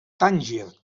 tànger